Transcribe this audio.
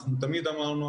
אנחנו תמיד אמרנו,